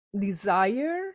desire